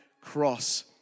cross